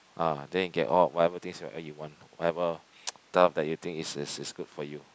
ah then you get all whatever things whatever you want whatever stuff that you think is is is good for you